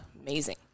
amazing